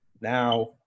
Now